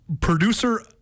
producer